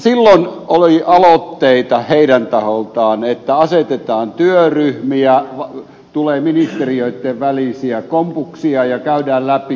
silloin oli aloitteita heidän taholtaan että asetetaan työryhmiä tulee ministeriöitten välisiä kompuksia ja käydään läpi